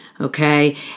Okay